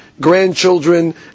grandchildren